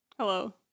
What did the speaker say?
Hello